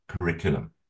curriculum